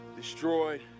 destroyed